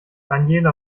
daniela